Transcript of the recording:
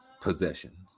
possessions